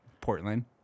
Portland